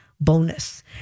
bonus